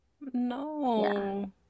no